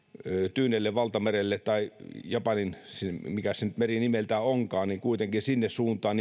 tyynelle valtamerelle tai japanin mikäs se meri nyt nimeltään onkaan kuitenkin sinne suuntaan